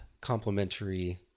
complementary